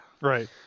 Right